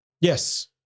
Yes